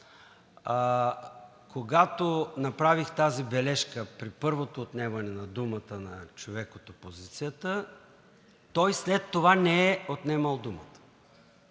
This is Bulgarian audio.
когато направих тази бележка при първото отнемане на думата на човек от опозицията, той след това не е отнемал думата.